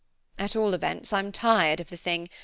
at all events, i'm tired of the thing,